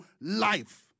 life